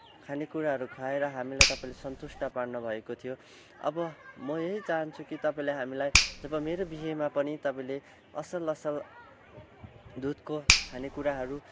खानेकुराहरू खुवाएर हामीलाई तपाईँले सन्तुष्ट पार्नु भएको थियो अब म यही चाहन्छु कि तपाईँले हामीलाई जब मेरो बिहेमा पनि तपाईँले असल असल दुधको खानेकुराहरू